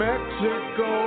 Mexico